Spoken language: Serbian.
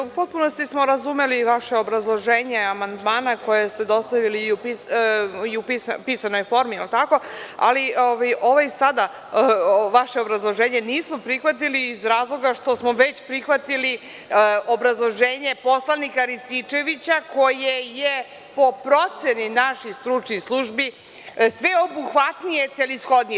U potpunosti smo razumeli vaše obrazloženje amandmana koje ste dostavili i u pisanoj formi, ali ovo sada vaše obrazloženje nismo prihvatili iz razloga što smo prihvatili obrazloženje poslanika Rističevića koje je po proceni naših stručnih službi sveobuhvatniji i celishodniji.